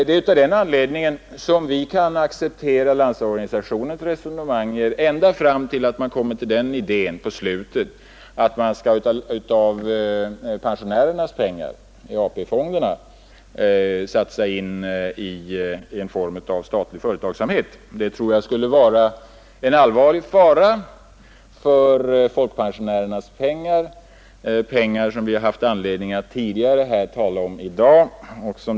Det är av den anledningen som vi kan acceptera Landsorganisationens resonemang ända fram till den slutliga idén att man av pensionärernas pengar i AP-fonderna skall satsa på en form av statlig företagsamhet. Det skulle innebära en allvarlig fara för folkpensionärernas pengar, pengar som vi tidigare i dag har haft anledning att tala om.